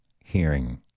hearing